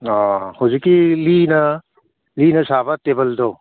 ꯑꯣ ꯍꯧꯖꯤꯛꯀꯤ ꯂꯤꯅ ꯂꯤꯅ ꯁꯥꯕ ꯇꯦꯕꯜꯗꯣ